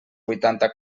vuitanta